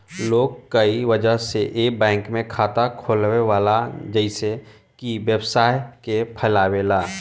लोग कए वजह से ए बैंक में खाता खोलावेला जइसे कि व्यवसाय के फैलावे ला